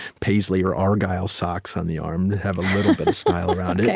paisley or argyle socks on the arm to have a little bit of style around yeah